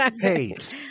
hate